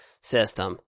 system